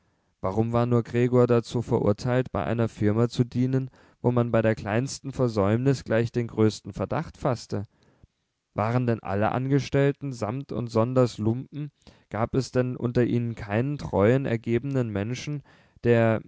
warum war nur gregor dazu verurteilt bei einer firma zu dienen wo man bei der kleinsten versäumnis gleich den größten verdacht faßte waren denn alle angestellten samt und sonders lumpen gab es denn unter ihnen keinen treuen ergebenen menschen der